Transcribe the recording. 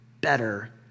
better